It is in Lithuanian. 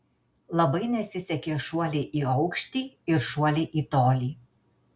labai nesisekė šuoliai į aukštį ir šuoliai į tolį